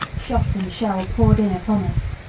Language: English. shot and shell poured in upon us.